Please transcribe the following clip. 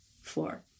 four